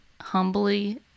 humbly